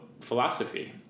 philosophy